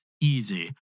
easy